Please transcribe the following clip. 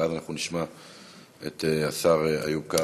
ואז אנחנו נשמע את השר איוב קרא,